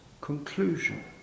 conclusion